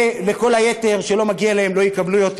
וכל היתר, שלא מגיע להם, לא יקבלו יותר.